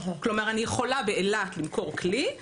כלומר: אני יכולה למכור כלי באילת